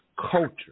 Culture